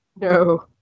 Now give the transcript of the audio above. no